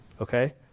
okay